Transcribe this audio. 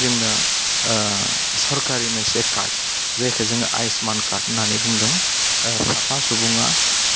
जोंनो सरकारि मोनसे कार्ड जायखौ जोङो आयुस्मान कार्ड होनानै बुंदों साफा सुबुङा